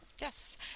Yes